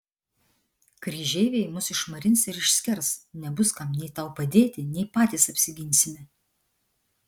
kryžeiviai mus išmarins ir išskers nebus kam nei tau padėti nei patys apsiginsime